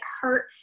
hurt